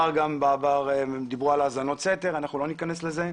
בבר דיברו על האזנות סתר אבל לא ניכנס לזה.